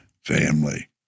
family